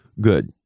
Good